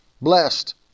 Blessed